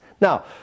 Now